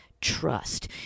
trust